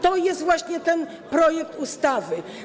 To jest właśnie ten projekt ustawy.